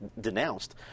denounced